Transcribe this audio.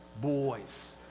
boys